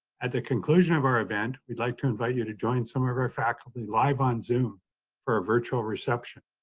at the conclusion of our event, we'd like to invite you to join some of our faculty live on zoom for a virtual reception.